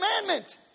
commandment